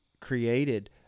created